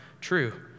true